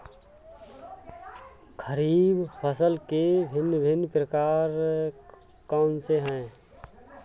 खरीब फसल के भिन भिन प्रकार कौन से हैं?